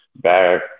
back